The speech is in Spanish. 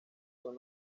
son